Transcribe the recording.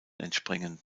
entspringen